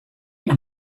moet